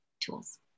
tools